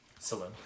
Saloon